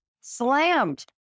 slammed